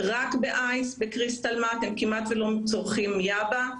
רק באייס, בקריסטל מת', הם כמעט ולא צורכים יאבה.